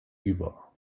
über